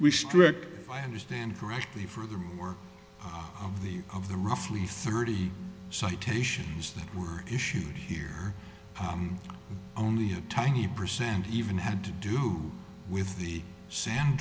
restrict i understand correctly for the work of the of the roughly thirty citations that were issued here only a tiny percent even had to do with the sand